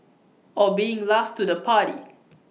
or being last to the party